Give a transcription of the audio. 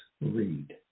read